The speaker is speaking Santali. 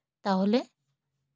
ᱛᱟᱦᱚᱞᱮ